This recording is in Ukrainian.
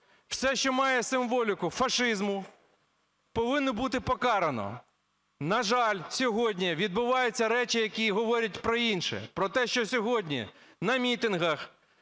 все, що має символіку фашизму, повинно бути покарано. На жаль, сьогодні відбуваються речі, які говорять про інше. Про те, що сьогодні на мітингах,